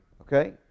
Okay